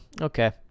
okay